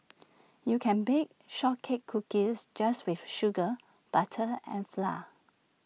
you can bake short cake cookies just with sugar butter and flour